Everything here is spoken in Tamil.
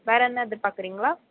வேறு என்ன எதிர்பார்க்கிறீங்களா